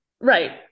right